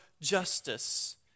justice